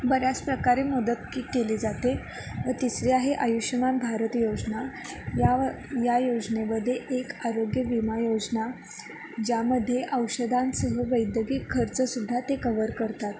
बऱ्याच प्रकारे मदत की केली जाते तिसरी आहे आयुष्यमान भारत योजना याव या योजनेमध्ये एक आरोग्य विमा योजना ज्यामध्ये औषधांसह वैद्यकीय खर्चसुद्धा ते कवर करतात